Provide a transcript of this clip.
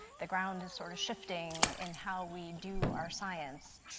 the ground is sort of shifting and how we do our science.